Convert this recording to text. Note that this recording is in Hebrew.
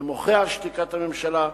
אני מוחה על שתיקת הממשלה,